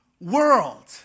world